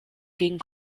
gegen